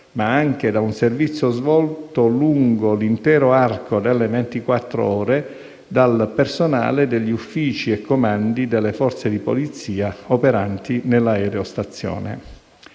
ma anche da un servizio svolto lungo l'intero arco delle ventiquattro ore dal personale degli uffici e comandi delle forze di polizia operanti nell'aerostazione.